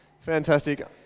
Fantastic